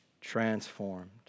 transformed